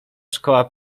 szkoła